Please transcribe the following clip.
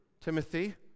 Timothy